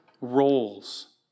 roles